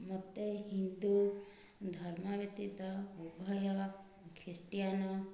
ମୋତେ ହିନ୍ଦୁ ଧର୍ମ ବ୍ୟତୀତ ଉଭୟ ଖ୍ରୀଷ୍ଟିଆନ୍